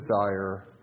desire